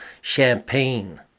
champagne